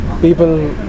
people